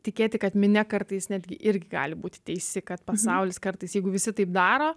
tikėti kad minia kartais netgi irgi gali būti teisi kad pasaulis kartais jeigu visi taip daro